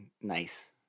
nice